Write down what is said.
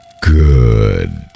Good